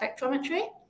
spectrometry